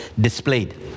displayed